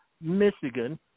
Michigan